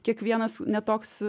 kiekvienas ne toks